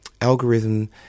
algorithm